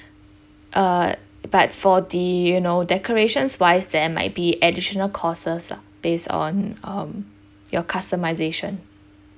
uh but for the you know decorations wise there might be additional costs lah based on um your customisation